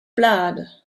blood